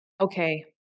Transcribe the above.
Okay